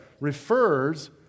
Refers